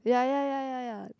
yeah yeah yeah yeah yeah